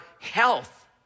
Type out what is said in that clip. health